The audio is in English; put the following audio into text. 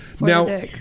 Now